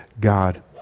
God